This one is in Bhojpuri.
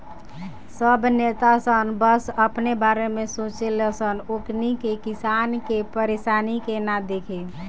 सब नेता सन बस अपने बारे में सोचे ले सन ओकनी के किसान के परेशानी के ना दिखे